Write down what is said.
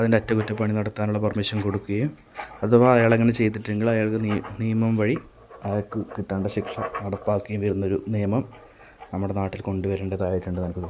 അതിന്റെ അറ്റകുറ്റപ്പണി നടത്താനുള്ള പെർമിഷൻ കൊടുക്കുകയും അഥവാ അയാൾ അങ്ങനെ ചെയ്തിട്ടില്ലെങ്കിൽ അയാൾക്ക് നിയമം വഴി അയ്യാൾക്ക് കിട്ടേണ്ട ശിക്ഷ നടപ്പാക്കിയും വരുന്ന ഒരു നിയമം നമ്മുടെ നാട്ടിൽ കൊണ്ടുവരേണ്ടതായിട്ടുണ്ട് എനിക്ക് തോന്നുന്നു